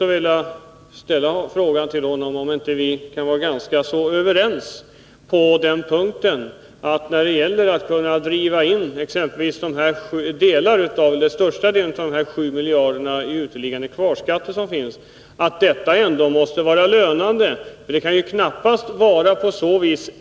vilja ställa frågan till honom om vi inte kan vara ganska överens på den punkten, att när det gäller att driva in exempelvis den största delen av de 7 miljarderna i uteliggande kvarskatt, detta ändå måste vara lönande.